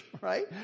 right